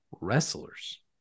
wrestlers